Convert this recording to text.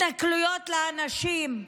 התנכלויות לאנשים,